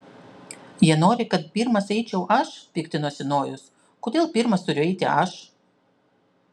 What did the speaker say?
jie nori kad pirmas eičiau aš piktinosi nojus kodėl pirmas turiu eiti aš